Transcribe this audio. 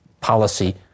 policy